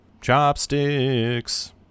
chopsticks